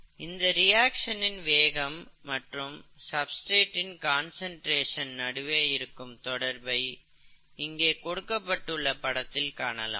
இந்த ரியாக்சன் இன் வேகம் மற்றும் சப்ஸ்டிரேட்டின் கான்சென்டிரேசன் நடுவே இருக்கும் தொடர்பை இங்கே கொடுக்கப்பட்டுள்ள படத்தில் காணலாம்